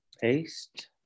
Paste